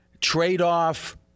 trade-off